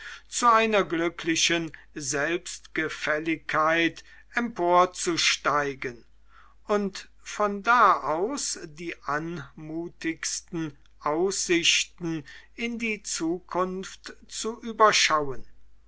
zu einer glücklichen selbstgefälligkeit emporzusteigen und von da aus die anmutigsten aussichten in die zukunft zu überschauen